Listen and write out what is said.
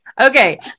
okay